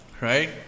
Right